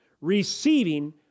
receiving